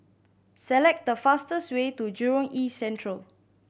select the fastest way to Jurong East Central